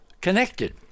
connected